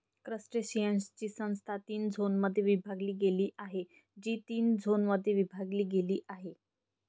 क्रस्टेशियन्सची संस्था तीन झोनमध्ये विभागली गेली आहे, जी तीन झोनमध्ये विभागली गेली आहे